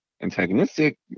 antagonistic